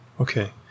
Okay